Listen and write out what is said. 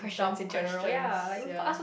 dumb questions ya